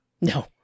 No